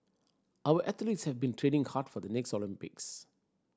our athletes have been training hard for the next Olympics